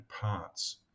parts